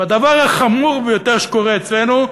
והדבר החמור ביותר שקורה אצלנו,